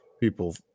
People